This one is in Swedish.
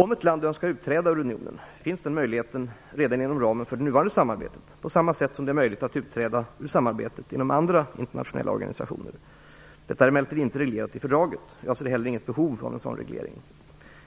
Om ett land önskar utträda ur unionen finns den möjligheten redan inom ramen för det nuvarande samarbetet på samma sätt som det är möjligt att utträda ur samarbetet inom andra internationella organisationer. Detta är emellertid inte reglerat i fördraget. Jag ser heller inget behov av en sådan reglering.